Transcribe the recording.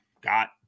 got